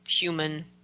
human